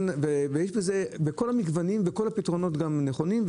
כל הפתרונות נכונים,